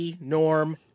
Norm